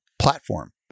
platform